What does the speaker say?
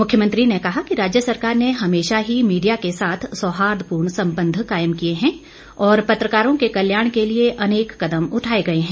मुख्यमंत्री ने कहा कि राज्य सरकार ने हमेशा ही मीडिया के साथ सौहार्दपूर्ण संबंध कायम किए है और पत्रकारों के कल्याण के लिए अनेक कदम उठाए गए हैं